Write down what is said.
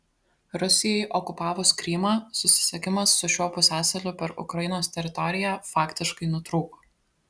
rusijai okupavus krymą susisiekimas su šiuo pusiasaliu per ukrainos teritoriją faktiškai nutrūko